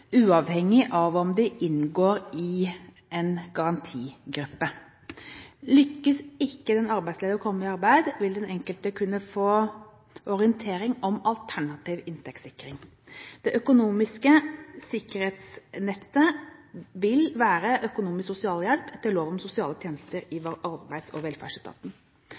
uavhengig av om de inngår i en garantigruppe. Lykkes ikke den arbeidsledige med å komme i arbeid, vil den enkelte kunne få orientering om alternativ inntektssikring. Det økonomiske sikkerhetsnettet vil være økonomisk sosialhjelp etter lov om sosiale tjenester i Arbeids- og velferdsetaten.